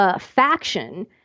faction